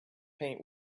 paint